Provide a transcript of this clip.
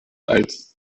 als